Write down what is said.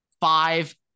five